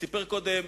סיפר קודם